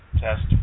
test